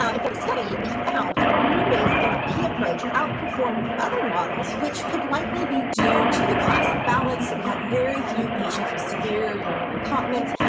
ah if i study, we found and the rule based and a p approach outperformed the other models, which could likely be due to the class and balance. so, we had very few patients with severe urinary incontinence,